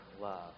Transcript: love